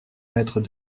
mètres